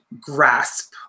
grasp